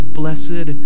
blessed